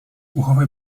uchowaj